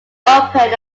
open